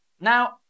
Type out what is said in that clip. Now